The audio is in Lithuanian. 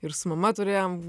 ir su mama turėjom